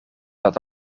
dat